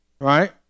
Right